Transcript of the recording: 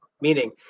meaning